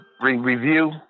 review